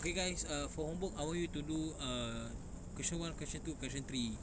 okay guys err for homework I want you to do err question one question two question three